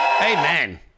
Amen